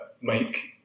make